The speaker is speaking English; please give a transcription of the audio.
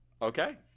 Okay